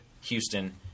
Houston